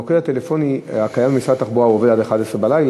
המוקד הטלפוני הקיים במשרד התחבורה עובד עד 23:00,